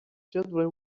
children